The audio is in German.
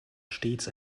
stets